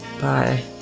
Bye